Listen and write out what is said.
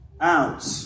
out